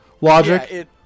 logic